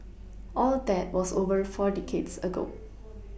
all that was over four decades ago